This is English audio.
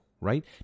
right